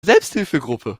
selbsthilfegruppe